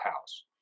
house